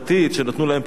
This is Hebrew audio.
שנתנו להם פרחים,